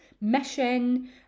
mission